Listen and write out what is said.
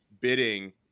bidding